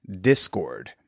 discord